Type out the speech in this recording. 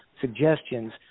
suggestions